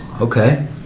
Okay